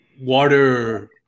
water